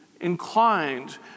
inclined